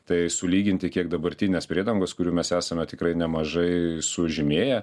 tai sulyginti kiek dabartinės priedangos kurių mes esame tikrai nemažai sužymėję